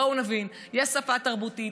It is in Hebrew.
בואו נבין: יש שפה תרבותית,